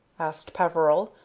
asked peveril,